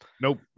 Nope